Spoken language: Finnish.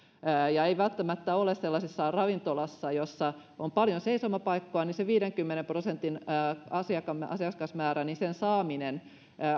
ja sellaisessa ravintolassa jossa on paljon seisomapaikkoja se viidenkymmenen prosentin asiakasmäärän saaminen